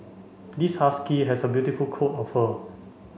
this husky has a beautiful coat of fur